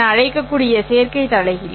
என அழைக்கக்கூடிய சேர்க்கை தலைகீழ்